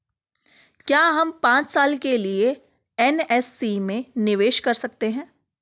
क्या हम पांच साल के लिए एन.एस.सी में निवेश कर सकते हैं?